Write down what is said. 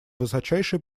высочайший